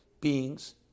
beings